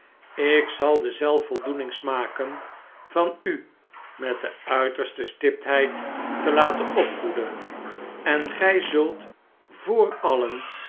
ik zal de zelfvoldoening smaken van u met de uiterste stiptheid te laten opvoeden en gij zult voor alien